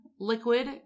Liquid